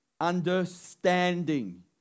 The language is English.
Understanding